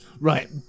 Right